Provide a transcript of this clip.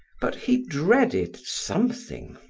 but he dreaded something,